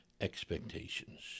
expectations